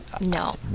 No